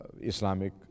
Islamic